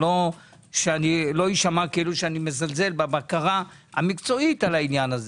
שלא אשמע שאני מזלזל בבקרה המקצועית על העניין.